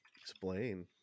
explain